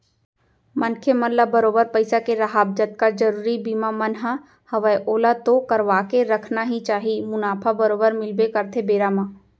मनखे मन ल बरोबर पइसा के राहब जतका जरुरी बीमा मन ह हवय ओला तो करवाके रखना ही चाही मुनाफा बरोबर मिलबे करथे बेरा म